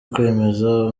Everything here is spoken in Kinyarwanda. kwemeza